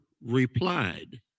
replied